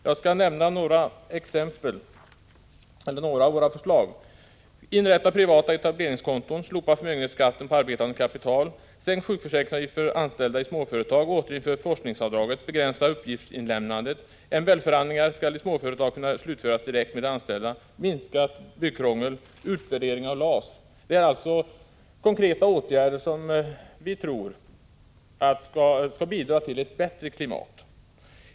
Jag skall nämna några av våra förslag: —- MBL-förhandlingar skall i småföretag kunna slutföras direkt med de anställda Det är konkreta åtgärder som vi tror skall bidra till ett bättre klimat.